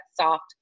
soft